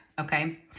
Okay